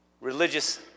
religious